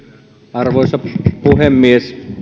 arvoisa puhemies